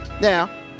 Now